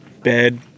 Bed